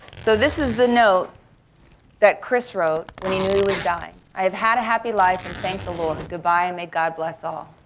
so this is the note that chris wrote when he knew he was dying, i have had a happy life and thank the lord. goodbye and may god bless all.